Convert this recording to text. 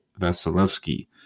Vasilevsky